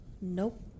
Nope